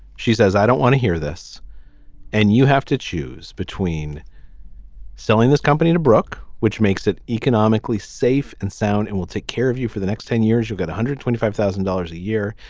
she says i don't want to hear this and you have to choose between selling this company to brooke which makes it economically safe and sound and we'll take care of you for the next ten years you'll get one hundred twenty five thousand dollars a year.